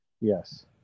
Yes